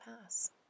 pass